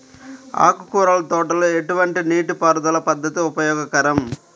ఆకుకూరల తోటలలో ఎటువంటి నీటిపారుదల పద్దతి ఉపయోగకరం?